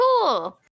cool